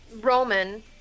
Roman